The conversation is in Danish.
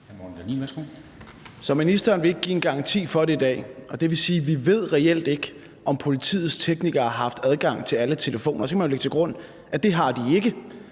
ministeren vil ikke give en garanti for det i dag, og det vil sige, at vi reelt ikke ved, om politiets teknikere haft adgang til alle telefoner, og så kan